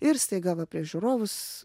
ir staiga va prieš žiūrovus